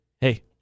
hey